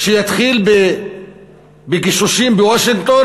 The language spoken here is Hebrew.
שיתחיל בגישושים בוושינגטון,